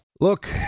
Look